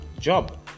Job